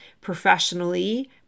professionally